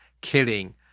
killing